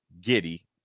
Giddy